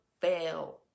fail